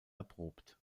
erprobt